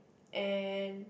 and